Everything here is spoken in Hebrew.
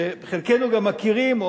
שחלקנו גם מכירים,